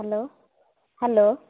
hello hello